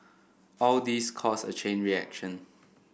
all these cause a chain reaction